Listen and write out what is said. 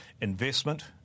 investment